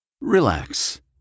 Relax